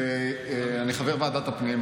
אני חבר ועדת הפנים,